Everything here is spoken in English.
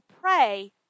pray